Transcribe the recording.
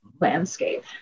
landscape